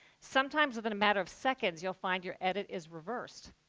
sometimes within a matter of seconds you'll find your edit is reversed.